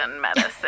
medicine